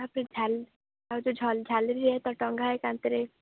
ତା'ପରେ ଝାଲ ଆଉ ଯେଉଁ ଝ ଝାଲରିରେ ଟଙ୍ଗା ହୁଏ କାନ୍ଥରେ